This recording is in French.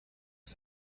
que